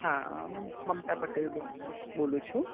હા મમતા પટેલ બોલું છું